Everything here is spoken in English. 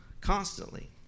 constantly